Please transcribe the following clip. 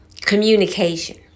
communication